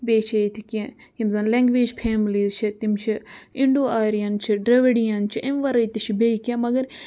بیٚیہِ چھِ ییٚتہِ کینٛہہ یِم زَن لینٛگویج فیملیٖز چھِ تِم چھِ اِنڈو آریَن چھِ ڈرٛوِڈِیَن چھِ اَمہِ وَرٲے تہِ چھِ بیٚیہِ کینٛہہ مَگَر